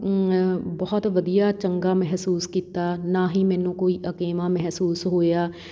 ਬਹੁਤ ਵਧੀਆ ਚੰਗਾ ਮਹਿਸੂਸ ਕੀਤਾ ਨਾ ਹੀ ਮੈਨੂੰ ਕੋਈ ਅਕੇਵਾਂ ਮਹਿਸੂਸ ਹੋਇਆ